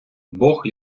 бог